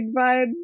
vibe